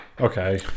Okay